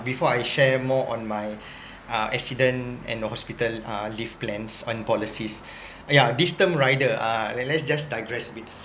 before I share more on my uh accident and the hospital uh leave plans on policies yeah this term rider ah let's just digress a bit